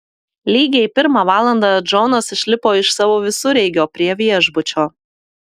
lygiai pirmą valandą džonas išlipo iš savo visureigio prie viešbučio